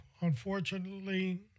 unfortunately